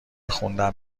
خوندن